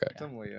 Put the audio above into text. Okay